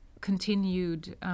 continued